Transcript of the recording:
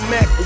Mac